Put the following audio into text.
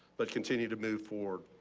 but continue to move forward.